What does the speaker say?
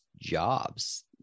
jobs